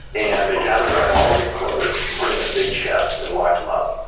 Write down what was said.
and they gathered up all of his clothes and put them in a big chest and locked them up.